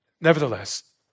Nevertheless